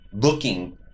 looking